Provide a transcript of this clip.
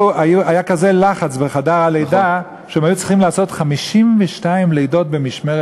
היה כזה לחץ בחדר הלידה שהיו שם 52 לידות במשמרת,